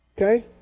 Okay